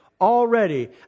already